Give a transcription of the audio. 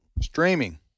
streaming